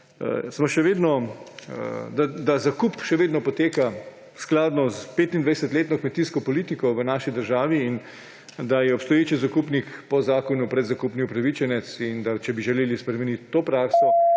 da zakup še vedno poteka skladno s 25-letno kmetijsko politiko v naši državi in da je obstoječi zakupnik po zakonu predzakupni upravičenec, in če bi želeli spremeniti to prakso,